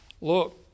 Look